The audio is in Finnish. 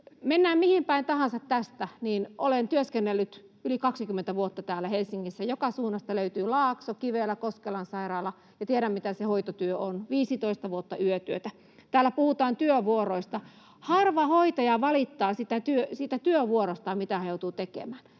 Mennään mihin päin tahansa tästä, niin olen työskennellyt yli 20 vuotta täällä Helsingissä — joka suunnasta löytyy, Laakso, Kivelä, Koskelan sairaala — ja tiedän, mitä se hoitotyö on. 15 vuotta yötyötä. Täällä puhutaan työvuoroista. Harva hoitaja valittaa siitä työvuorostaan, mitä hän joutuu tekemään.